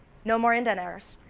no more indent errors,